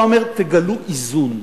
הוא היה אומר: תגלו איזון.